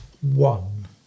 One